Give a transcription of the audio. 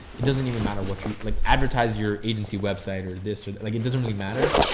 it doesn't even matter what you like advertise your agency website or this or that. like it doesn't really matter.